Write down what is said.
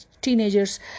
teenagers